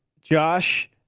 Josh